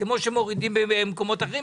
כמו שמורידים במקומות אחרים,